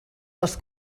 les